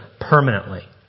permanently